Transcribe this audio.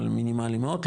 אבל מינימלי מאוד,